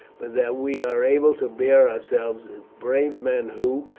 but that we are able to bear ourselves as brave men who,